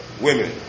women